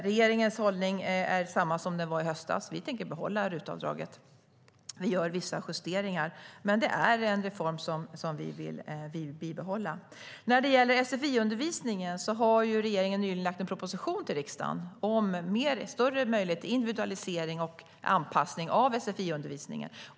Regeringens hållning är densamma som den var i höstas. Vi tänker behålla RUT-avdraget. Vi gör vissa justeringar, men det är en reform som vi vill bibehålla. När det gäller sfi-undervisningen har regeringen nyligen lagt fram en proposition för riksdagen om större möjlighet till individualisering och anpassning av sfi-undervisningen.